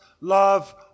love